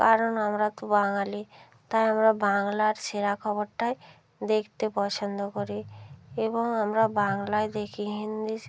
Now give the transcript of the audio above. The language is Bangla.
কারণ আমরা তো বাঙালি তাই আমরা বাংলার সেরা খবরটাই দেখতে পছন্দ করি এবং আমরা বাংলায় দেখি হিন্দি